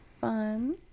fun